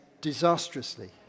disastrously